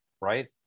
Right